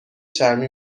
چرمی